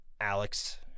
Alex